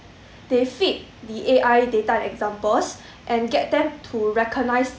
they fit the A_I data examples and get them to recognize